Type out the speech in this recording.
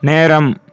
நேரம்